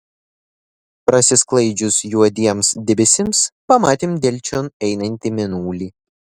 prasisklaidžius juodiems debesims pamatėm delčion einantį mėnulį